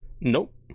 Nope